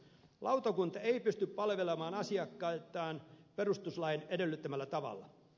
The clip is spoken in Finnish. lautakunta ei pysty palvelemaan asiakkaitaan perustuslain edellyttämällä tavalla